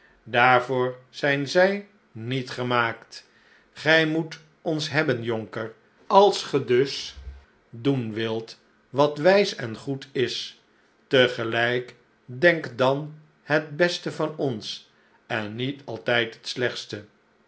daarvoor zijn zij niet gemaakt gij moet ons hebben jonker als ge dus doen wilt wat wijs en goed is tegelijk denk dan het beste van ons en niet altijd het slechtste